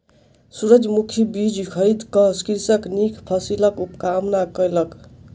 सूरजमुखी बीज खरीद क कृषक नीक फसिलक कामना कयलक